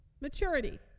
Maturity